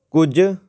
ਕੁਝ